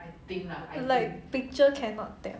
like picture cannot tell